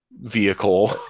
vehicle